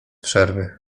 przerwy